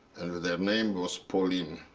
their name was pauline.